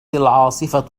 العاصفة